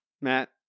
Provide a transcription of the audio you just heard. Matt